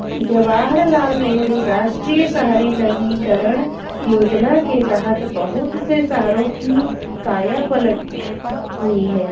जवाहरलाल नेहरू राष्ट्रीय शहरी नवीकरण योजना के तहत बहुत से शहरों की काया पलट हुई है